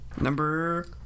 Number